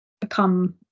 become